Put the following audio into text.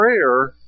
prayer